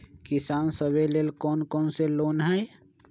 किसान सवे लेल कौन कौन से लोने हई?